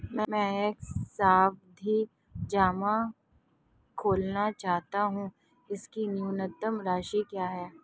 मैं एक सावधि जमा खोलना चाहता हूं इसकी न्यूनतम राशि क्या है?